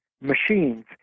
machines